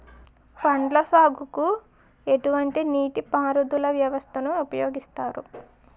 పండ్ల సాగుకు ఎటువంటి నీటి పారుదల వ్యవస్థను ఉపయోగిస్తారు?